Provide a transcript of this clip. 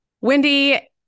Wendy